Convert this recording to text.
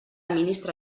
ministre